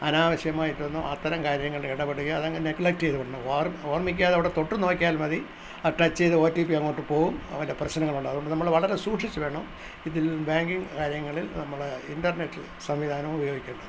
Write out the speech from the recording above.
അനാവശ്യമായിട്ടൊന്നും അത്തരം കാര്യങ്ങളിൽ ഇടപെടുകയോ അതങ്ങ് നെഗ്ലെറ്റേയ്ത് വിടണം ഓർമിക്കാതെ അവിടെ തൊട്ടുനോക്കിയാൽമതി അത് ടച്ചെയ്ത് ഒ റ്റി പി അങ്ങോട്ട് പോവും അത് വല്ല പ്രശനങ്ങളുണ്ടാകും അതുകൊണ്ട് നമ്മള് വളരെ സൂക്ഷിച്ച് വേണം ഇതിൽ ബാങ്കിങ് കാര്യങ്ങളില് നമ്മുടെ ഇൻറ്റർനെറ്റ് സംവിധാനം ഉപയോഗിക്കേണ്ടത്